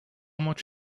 much